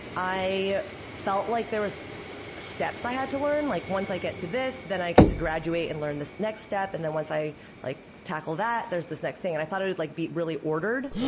i felt like there were steps i had to learn. like once i get to this, then i get to graduate and learn this next step. and then once i like tackle that, there's this next thing. and i thought it'd like be really ordered,